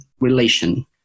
relation